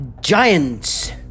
giants